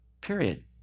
Period